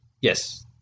Yes